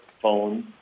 phone